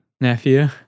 nephew